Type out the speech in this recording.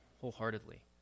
wholeheartedly